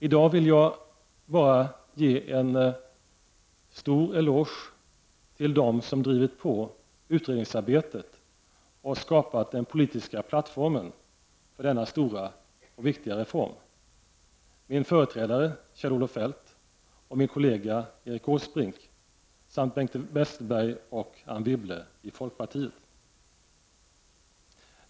I dag vill jag bara ge en stor eloge till dem som drivit på utredningsarbetet och skapat den politiska plattformen för denna stora och viktiga reform — min företrädare Kjell-Olof Feldt och min kollega Erik Åsbrink, samt Bengt Westerberg och Anne Wibble i folkpartiet.